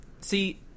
see